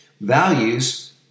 values